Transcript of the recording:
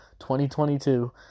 2022